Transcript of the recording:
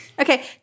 Okay